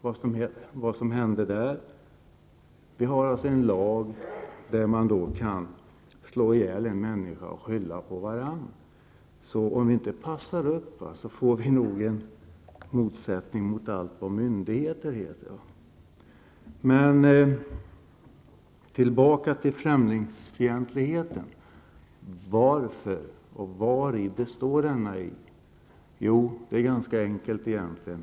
Vi har alltså en lag som säger att är man två stycken om att slå ihjäl en människa så kan man skylla på varandra och gå fria båda två. Om vi inte passar upp, får vi nog en motsättning mot allt vad myndigheter heter. Men tillbaka till främlingsfientligheten. Varför uppstår den? Jo, det är ganska enkelt egentligen.